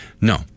No